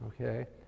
Okay